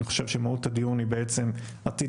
אני חושב שמהות הדיון היא בעצם עתיד